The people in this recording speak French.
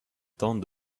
temps